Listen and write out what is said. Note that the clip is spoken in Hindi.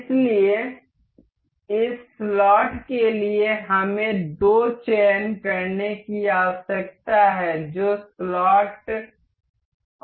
इसलिए इस स्लॉट के लिए हमें दो चयन करने की आवश्यकता है जो स्लॉट और इस स्लॉट हैं